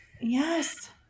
Yes